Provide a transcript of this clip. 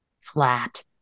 flat